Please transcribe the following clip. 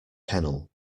kennel